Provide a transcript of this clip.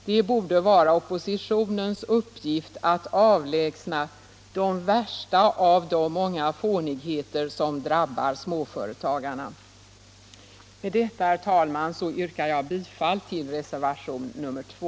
Det borde vara oppositionens uppgift att avlägsna de värsta av de många fånigheter som drabbar småföretagarna.” Med detta, herr talman, yrkar jag bifall till reservationen 2.